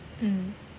mm